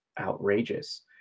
outrageous